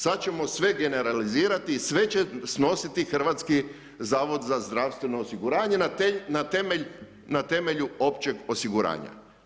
Sada ćemo sve generalizirati i sve će snositi Hrvatski zavod za zdravstveno osiguranje na temelju općeg osiguranja.